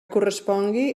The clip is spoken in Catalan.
correspongui